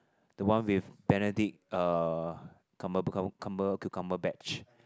the one with Benedict uh cucumberbatch